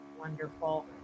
wonderful